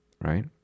right